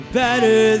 better